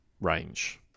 range